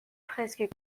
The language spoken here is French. presque